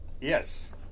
yes